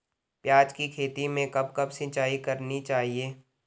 प्याज़ की खेती में कब कब सिंचाई करनी चाहिये?